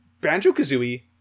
Banjo-Kazooie